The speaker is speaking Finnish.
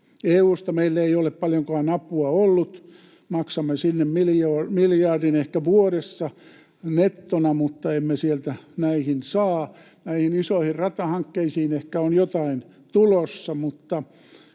EU:sta meille ei ole paljonkaan apua ollut. Maksamme sinne ehkä miljardin vuodessa nettona, mutta emme sieltä näihin saa. Näihin isoihin ratahankkeisiin ehkä on jotain tulossa,